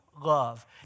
love